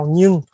Nhưng